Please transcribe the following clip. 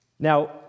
Now